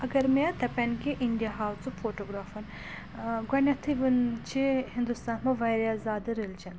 اگر مےٚ دَپیٚن کہِ اِنڈیا ہاو ژٕ فوٹوگرٛافَن ٲں گۄڈٕنیٚتھٕے وُنہِ چھِ ہِندوستانَس مَنٛز واریاہ زیادٕ ریٚلجیٚن